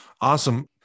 Awesome